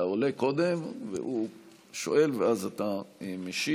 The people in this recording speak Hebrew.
אתה עולה קודם הוא שואל ואז אתה משיב.